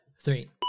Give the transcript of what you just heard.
three